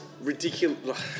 ridiculous